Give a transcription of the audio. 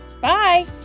Bye